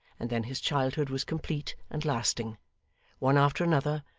and then his childhood was complete and lasting one after another,